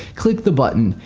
click the button.